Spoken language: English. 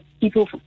people